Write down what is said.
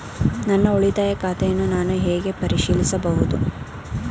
ನನ್ನ ಉಳಿತಾಯ ಖಾತೆಯನ್ನು ನಾನು ಹೇಗೆ ಪರಿಶೀಲಿಸುವುದು?